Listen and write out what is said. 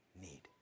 need